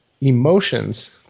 Emotions